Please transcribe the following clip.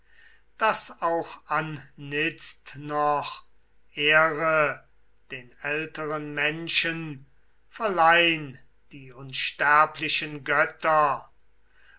daß auch anitzt noch ehre den älteren menschen verleihn die unsterblichen götter